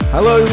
Hello